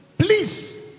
please